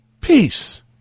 peace